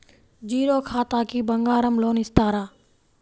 Zero ఖాతాకి బంగారం loan ఇస్తారా?